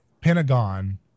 Pentagon